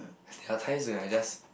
there are times when I just